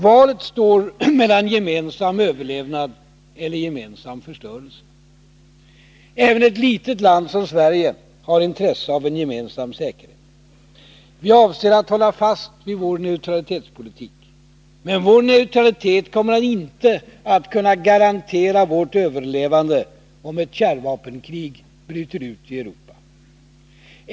Valet står mellan gemensam överlevnad eller gemensam förstörelse. Även ett litet land som Sverige har intresse av en gemensam säkerhet. Vi avser att hålla fast vid vår neutralitetspolitik, men vår neutralitet kommer inte att kunna garantera vårt överlevande om ett kärnvapenkrig bryter ut i Europa.